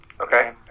Okay